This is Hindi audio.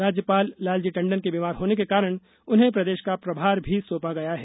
राज्यपाल लालजी टण्डन के बीमार होने के कारण उन्हें प्रदेश का प्रभार भी सौपा गया है